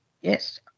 Yes